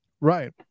Right